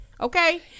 Okay